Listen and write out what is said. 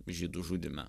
žydų žudyme